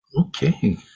Okay